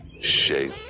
shape